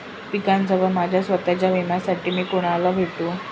पिकाच्या व माझ्या स्वत:च्या विम्यासाठी मी कुणाला भेटू?